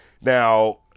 Now